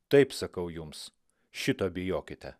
taip sakau jums šito bijokite